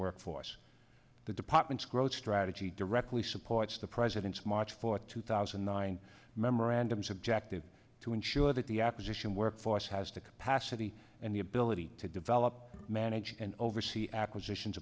workforce the department's growth strategy directly supports the president's march fourth two thousand and nine memorandums objective to ensure that the acquisition workforce has the capacity and the ability to develop manage and oversee acquisitions